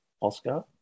Oscar